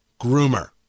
groomer